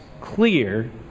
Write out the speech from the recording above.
clear